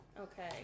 Okay